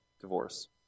divorce